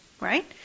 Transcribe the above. Right